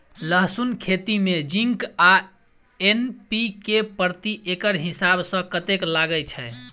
लहसून खेती मे जिंक आ एन.पी.के प्रति एकड़ हिसाब सँ कतेक लागै छै?